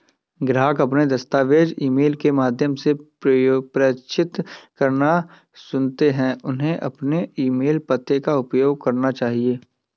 ग्राहक अपने दस्तावेज़ ईमेल के माध्यम से प्रेषित करना चुनते है, उन्हें अपने ईमेल पते का उपयोग करना चाहिए